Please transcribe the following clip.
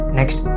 Next